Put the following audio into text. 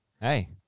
Hey